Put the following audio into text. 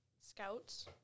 scouts